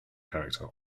character